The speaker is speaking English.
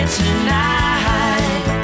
tonight